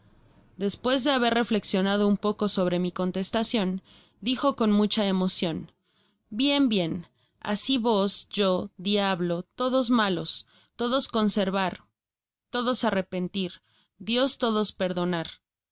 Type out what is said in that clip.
despues de haber reflexionado un poco sobre mi contestacion dijo con mucha emocion bien bien asi vos yo diablo todos malos todos conservar todos arrepentir dios todos perdonar